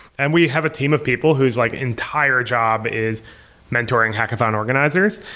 and we have a team of people whose like entire job is mentoring hackathon organizers,